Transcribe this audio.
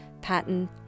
pattern